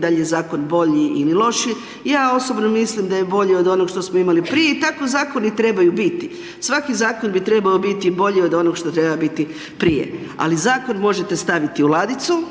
dal ' je zakon bolji ili lošiji. Ja osobno mislim da je bolje od onog što smo imali prije i tako zakoni trebaju biti. Svaki zakon bi trebao biti bolji od onog što treba biti prije ali zakon možete staviti u ladicu,